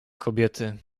kobiety